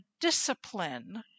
discipline